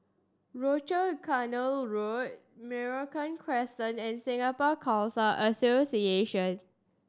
Rochor Canal Road Merino Crescent and Singapore Khalsa Association